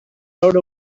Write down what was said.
rode